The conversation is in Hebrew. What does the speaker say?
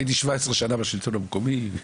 הייתי 17 שנים בשלטון המקומי,